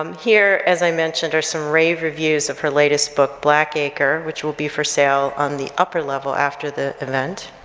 um here, as i mentioned, are some rave reviews of her latest book, blackacre, which will be for sale on the upper level after the event.